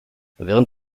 während